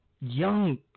young